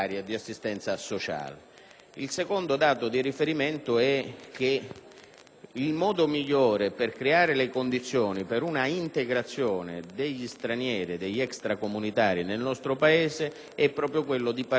Il secondo dato di riferimento è che il modo migliore per creare le condizioni per una integrazione degli stranieri e degli extracomunitari nel nostro Paese è proprio quello di partire dal mondo della scuola,